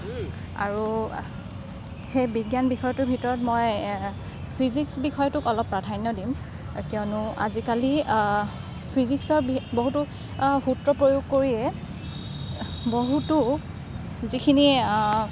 আৰু সেই বিজ্ঞান বিষয়টোৰ ভিতৰত মই ফিজিক্স বিষয়টোক অলপ প্ৰাধান্য দিম কিয়নো আজিকালি ফিজিক্সৰ বহুতো সূত্ৰ প্ৰয়োগ কৰিয়ে বহুতো যিখিনিয়ে